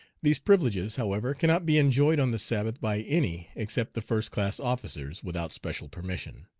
these privileges, however, cannot be enjoyed on the sabbath by any except the first-class officers, without special permission.